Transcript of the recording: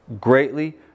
greatly